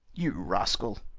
you rascal!